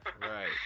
right